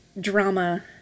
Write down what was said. drama